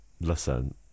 listen